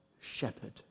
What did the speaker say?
shepherd